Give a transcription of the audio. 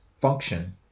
function